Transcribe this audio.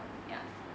ya